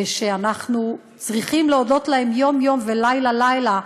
ושאנחנו צריכים להודות להם יום-יום ולילה-לילה,